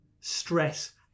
stress